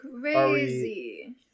crazy